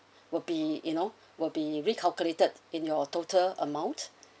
will be you know will be recalculated in your total amount